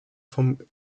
vom